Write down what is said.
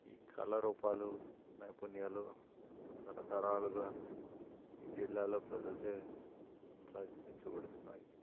ఈ కళారూపాలు నైపుణ్యాలు తరతరాలుగా ఈ జిల్లాలో ప్రజలచే సంరక్షించబడుతున్నాయి